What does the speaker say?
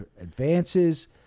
advances